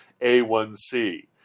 A1c